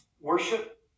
worship